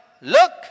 Look